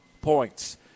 points